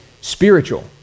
spiritual